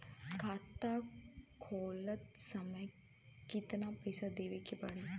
खाता खोलत समय कितना पैसा देवे के पड़ी?